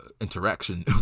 interaction